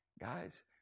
Guys